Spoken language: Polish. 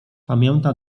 pamięta